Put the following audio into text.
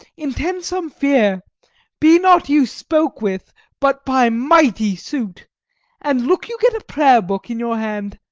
intend some fear be not you spoke with but by mighty suit and look you get a prayer-book in your hand,